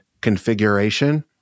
configuration